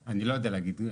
אני לא יודע להגיד.